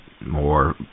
more